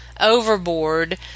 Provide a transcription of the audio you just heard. overboard